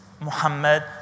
Muhammad